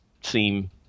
seem –